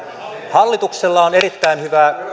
hallituksella on erittäin hyvä